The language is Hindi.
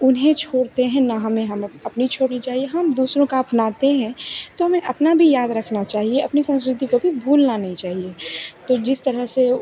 उन्हें छोड़ते हैं न हमें हम अपनी छोड़नी चाहिए हम दूसरों का अपनाते हैं तो हमें अपना भी याद रखना चाहिए अपनी संस्कृति को भी भूलना नहीं चाहिए तो जिस तरह से